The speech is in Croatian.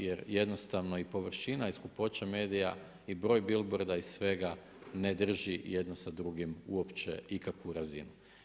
Jer jednostavno i površina i skupoća medija i broj bilborda i svega ne drži jedno sa drugim uopće ikakvu razinu.